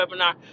webinar